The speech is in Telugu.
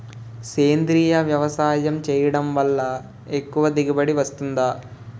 సేంద్రీయ వ్యవసాయం చేయడం వల్ల ఎక్కువ దిగుబడి వస్తుందా?